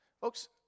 Folks